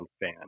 fan